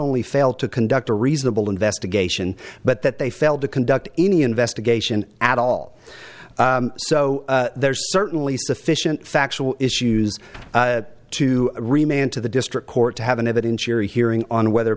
only failed to conduct a reasonable investigation but that they failed to conduct any investigation at all so there's certainly sufficient factual issues to remain to the district court to have an evidentiary hearing on whether